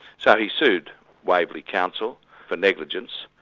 so he sued waverley council for negligence,